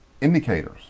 indicators